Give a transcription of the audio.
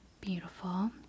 Beautiful